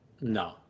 No